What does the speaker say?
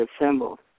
assembled